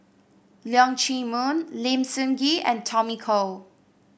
Leong Chee Mun Lim Sun Gee and Tommy Koh